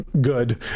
good